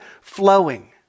flowing